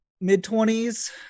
mid-twenties